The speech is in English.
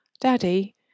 Daddy